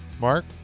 Mark